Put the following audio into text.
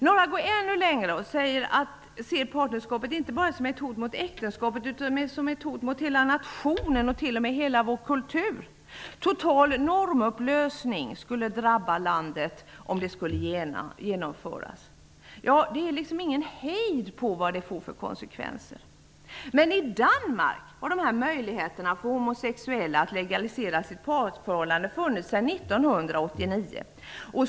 Några går ännu längre och ser partnerskapet som ett hot inte bara mot äktenskapet utan också mot hela nationen och t.o.m. hela vår kultur. Total normupplösning skulle drabba landet om detta genomförs. Det är ingen hejd på vilka konsekvenserna skulle bli. Men i Danmark har den här möjligheten för homosexuella att legalisera sitt parförhållande funnits sedan 1989.